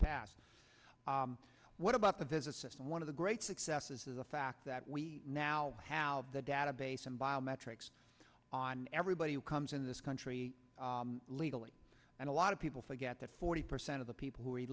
pass what about the business and one of the great successes is the fact that we now have the database and biometrics on everybody who comes in this country legally and a lot of people forget that forty percent of the people who are